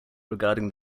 regarding